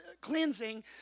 cleansing